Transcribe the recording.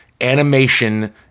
animation